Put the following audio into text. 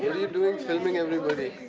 and are you doing, filming everybody?